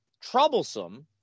troublesome